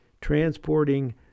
transporting